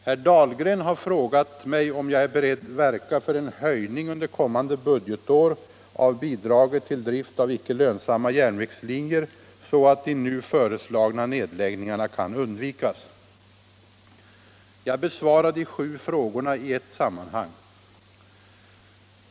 Herr Dahlgren har frågat mig om jag är beredd verka för en höjning under kommande budgetår av bidraget till drift av icke lönsamma järnvägslinjer så att de nu föreslagna nedläggningarna kan undvikas. Jag besvarar de sju frågorna i ett sammanhang.